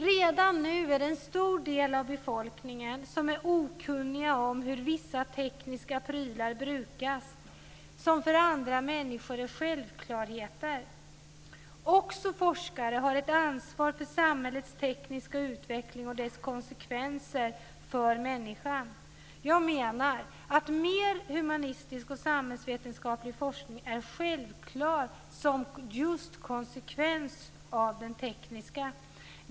Redan nu är det en stor del av befolkningen som är okunnig om hur vissa tekniska prylar brukas, som för andra människor är självklarheter. Också forskare har ett ansvar för samhällets tekniska utveckling och dess konsekvenser för människan. Jag menar att mer humanistisk och samhällsvetenskaplig forskning är självklar just som konsekvens av den tekniska forskningen.